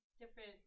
different